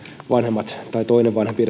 vanhemmat tai edes toinen vanhempi